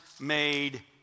made